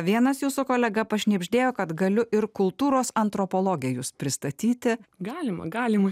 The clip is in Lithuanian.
vienas jūsų kolega pašnibždėjo kad galiu ir kultūros antropologe jus pristatyti galima galima